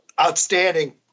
outstanding